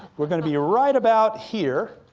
we're gonna be right about here,